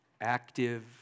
active